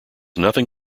nothing